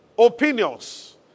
opinions